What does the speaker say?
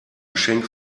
geschenk